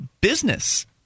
business